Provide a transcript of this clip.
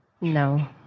No